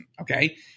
okay